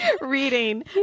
reading